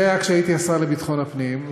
זה היה כשהייתי השר לביטחון הפנים,